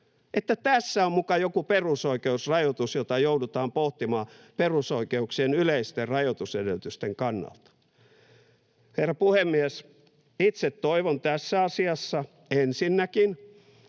että tässä on muka joku perusoikeusrajoitus, jota joudutaan pohtimaan perusoikeuksien yleisten rajoitusedellytysten kannalta. Herra puhemies! Itse toivon tässä asiassa ensinnäkin,